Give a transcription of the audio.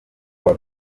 kuwa